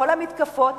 כל המתקפות,